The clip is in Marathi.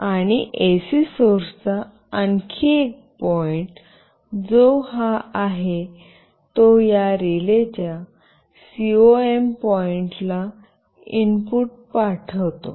आणि एसी सोर्स चा आणखी एक पॉईंटजो हा आहे तो या रिलेच्या सीओएम पॉईंटला इनपुट पाठवितो